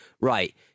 Right